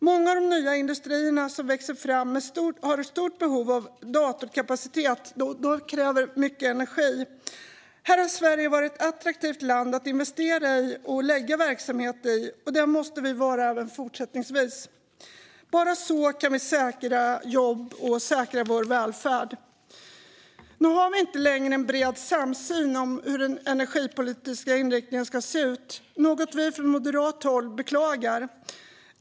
Många av de nya industrierna som växer fram har ett stort behov av datorkapacitet som kräver mycket energi. Här har Sverige varit ett attraktivt land att investera och lägga verksamhet i, och det måste vi vara även fortsättningsvis. Bara så kan vi säkra jobb och vår välfärd. Nu har vi inte längre en bred samsyn på hur den energipolitiska inriktningen ska se ut, något vi från moderat håll beklagar.